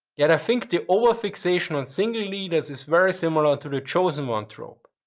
yet, i think the over-fixation on single leaders is very similar to the chosen one trope.